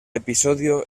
episodio